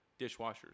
dishwashers